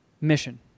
mission